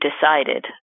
decided